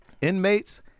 inmates